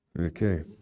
Okay